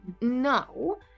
no